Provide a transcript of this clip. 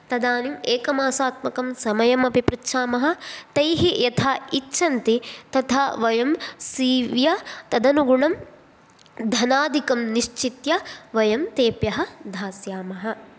तदानीम् एकमासात्मकं समयम् अपि पृच्छामः तैः यथा इच्छन्ति तथा वयं सीव्य तदनुगुणं धनादिकं निश्चित्य वयं तेभ्यः दास्यामः